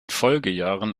folgejahren